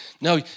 no